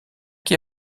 qui